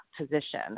position